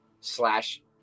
slash